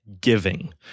giving